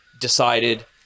decided